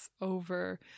over